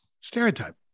stereotype